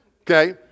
Okay